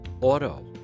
auto